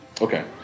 Okay